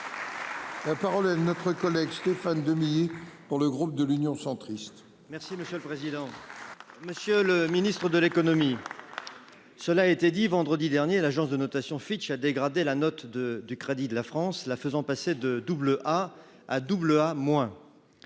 La parole est notre collègue Stéphane Demilly. Pour le groupe de l'Union centriste. Merci monsieur le président. Monsieur le Ministre de l'économie. Cela a été dit vendredi dernier, l'agence de notation Fitch a dégradé la note de du crédit de la France, la faisant passer de double à à double à moins.